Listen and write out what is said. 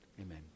Amen